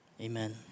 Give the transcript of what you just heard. Amen